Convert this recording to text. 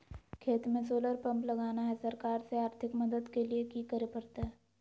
खेत में solar pump लगाना है, सरकार से आर्थिक मदद के लिए की करे परतय?